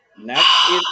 Next